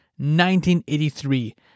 1983